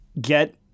get